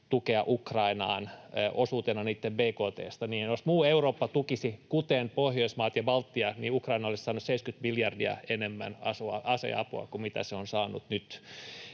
tukeen Ukrainaan osuutena niitten bkt:sta, niin jos muu Eurooppa tukisi kuten Pohjoismaat ja Baltia, niin Ukraina olisi saanut 70 miljardia enemmän aseapua kuin mitä se on saanut nyt.